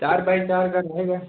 चार बाइ चार का रहेगा